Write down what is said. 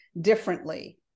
differently